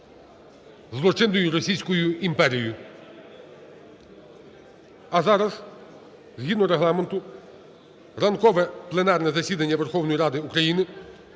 злочинною Російською імперією. А зараз згідно Регламенту ранкове пленарне засідання Верховної Ради України